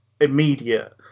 immediate